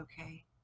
okay